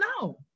No